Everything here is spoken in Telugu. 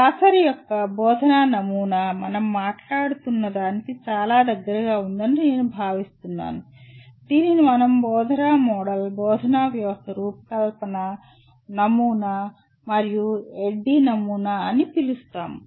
గ్లాసర్ యొక్క బోధనా నమూనా మనం మాట్లాడుతున్నదానికి చాలా దగ్గరగా ఉందని నేను భావిస్తున్నాను దీనిని మనం బోధనా మోడల్ బోధనా వ్యవస్థ రూపకల్పన నమూనా మరియు ADDIE నమూనా అని పిలుస్తాము